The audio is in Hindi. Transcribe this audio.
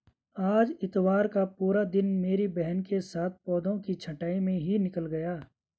आज इतवार का पूरा दिन मेरी बहन के साथ पौधों की छंटाई में ही निकल गया